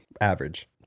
Average